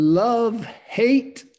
love-hate